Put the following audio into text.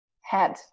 head